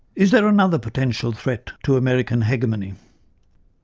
is there another potential threat to american hegemony?